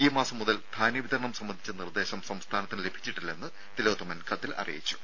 ഈ മാസം മുതൽ ധാന്യ വിതരണം സംബന്ധിച്ച നിർദേശം സംസ്ഥാനത്തിന് ലഭിച്ചിട്ടില്ലെന്ന് തിലോത്തമൻ കത്തിൽ അറിയിച്ചു